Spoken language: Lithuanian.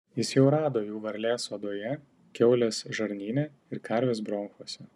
jis jau rado jų varlės odoje kiaulės žarnyne ir karvės bronchuose